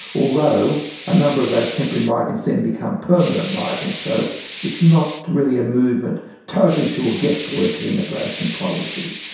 although a number of those temporary migrants then become permanent migrants, so it's not really a movement totally to a guest worker immigration policy,